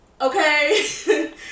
Okay